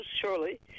surely